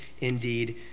indeed